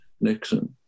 Nixon